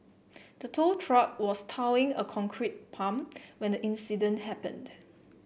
the tow truck was towing a concrete pump when the incident happened